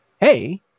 hey